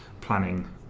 planning